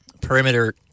perimeter